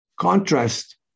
contrast